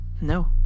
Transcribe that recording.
No